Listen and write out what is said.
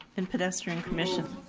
and pedestrian commission.